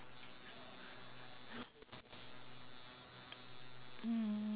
mm